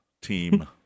Team